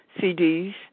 CDs